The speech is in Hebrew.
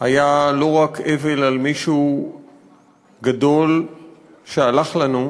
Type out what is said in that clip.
היה לא רק אבל על מישהו גדול שהלך לנו,